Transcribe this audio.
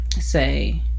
say